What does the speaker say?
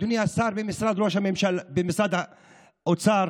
אדוני השר במשרד האוצר,